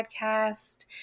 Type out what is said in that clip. podcast